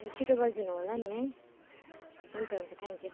ए छिटो गरिदिनु होला नि है हुन्छ हुन्छ थ्याङ्क्यु